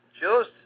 Joseph